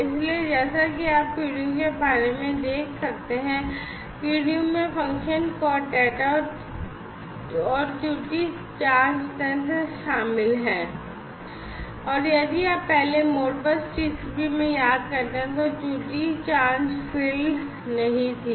इसलिए जैसा कि आप PDU के बारे में देख सकते हैं PDU में फ़ंक्शन कोड डेटा और त्रुटि जाँच तंत्र शामिल हैं और यदि आप पहले Modbus TCP में याद करते हैं तो त्रुटि जाँच फ़ील्ड नहीं थी